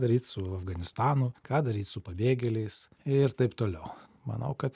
daryti su afganistanu ką daryt su pabėgėliais ir taip toliau manau kad